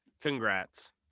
Congrats